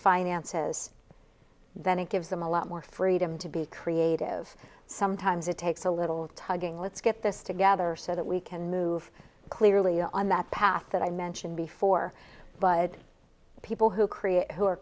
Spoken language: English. finances then it gives them a lot more freedom to be creative sometimes it takes a little tugging let's get this together so that we can move clearly on that path that i mentioned before but people who